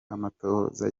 amatohoza